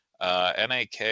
NAK